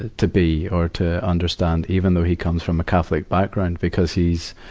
to be or to understand, even though he comes from a catholic background, because he's,